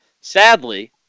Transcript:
sadly